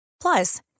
Plus